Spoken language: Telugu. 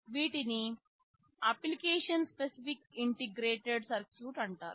వీటిని అప్లికేషన్ స్పెసిఫిక్ ఇంటిగ్రేటెడ్ సర్క్యూట్ అంటారు